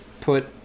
put